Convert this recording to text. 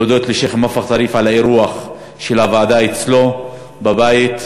להודות לשיח' מואפק טריף על האירוח של הוועדה אצלו בבית,